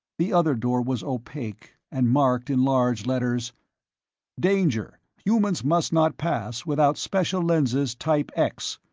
the other door was opaque, and marked in large letters danger humans must not pass without special lenses type x.